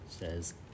Says